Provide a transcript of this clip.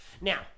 Now